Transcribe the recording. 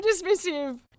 dismissive